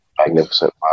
Magnificent